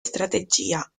strategia